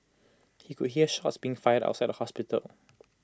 he could hear shots being fired outside the hospital